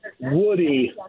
woody